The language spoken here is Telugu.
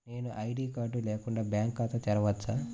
నేను ఐ.డీ కార్డు లేకుండా బ్యాంక్ ఖాతా తెరవచ్చా?